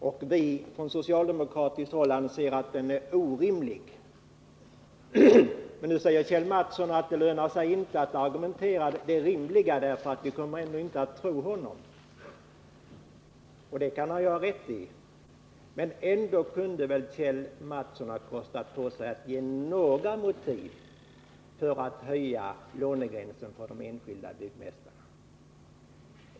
Herr talman! Kjell Mattsson säger att ändringen av den statliga lånegränsen av utskottsmajoriteten anses vara rimlig. På socialdemokratiskt håll anser vi att den är orimlig. Nu säger Kjell Mattsson att det inte lönar sig för honom att argumentera för den rimliga lånegränsen därför att ingen kommer att tro honom. Det kan Kjell Mattsson ha rätt i, men ändå kunde han väl ha kostat på sig att ange några motiv för att höja lånegränsen för de enskilda byggmästarna.